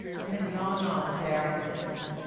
i had gone on bearing with him,